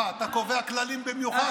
אה, אתה קובע כללים במיוחד?